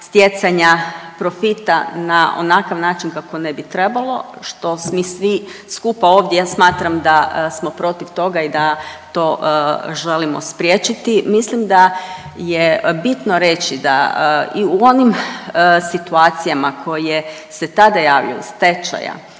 stjecanja profita na onakav način kako ne bi trebalo što mi svi skupa ovdje ja smatram da smo protiv toga i da to želimo spriječiti. Mislim da je bitno reći da i u onim situacijama koje se tada javljaju stečaja,